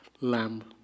Lamb